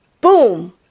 Boom